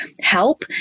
help